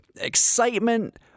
excitement